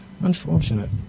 unfortunate